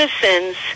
citizens